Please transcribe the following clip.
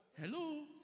Hello